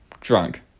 Drunk